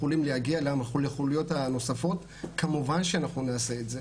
יכולים להגיע לחוליות הנוספות כמובן שאנחנו נעשה את זה,